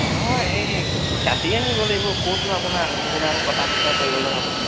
নহয় এই কাটি আনিব লাগিব ক'তনো আপোনাৰ আনি পেলাই আকৌ কটা বচা কৰিবলৈ হ'ব